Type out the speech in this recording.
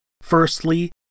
Firstly